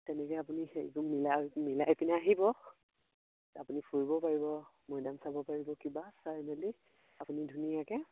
তেনেকে আপুনি হেইটো মিলাই মিলাই পিনে আহিব আপুনি ফুৰিব পাৰিব মৈদাম চাব পাৰিব কিবা চাই মেলি আপুনি ধুনীয়াকে